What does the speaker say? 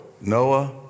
Noah